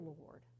Lord